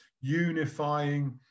unifying